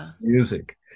music